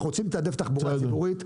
אנחנו רוצים לתעדף תחבורה ציבורית,